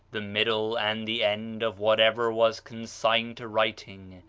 the middle, and the end of whatever was consigned to writing,